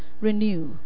Renew